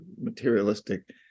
materialistic